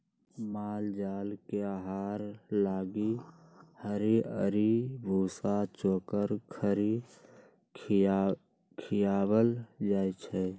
माल जाल के आहार लागी हरियरी, भूसा, चोकर, खरी खियाएल जाई छै